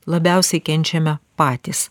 labiausiai kenčiame patys